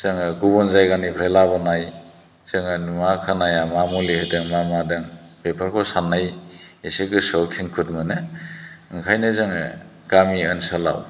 जोङो गुबुन जायगानिफ्राय लाबोनाय जोङो नुवा खोनाया मा मुलि होदों मा मादों बेफोरखौ साननाय एसे गोसोआव खेंखुद मोनो ओंखायनो जोङो गामि ओनसोलाव